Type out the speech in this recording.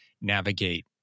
navigate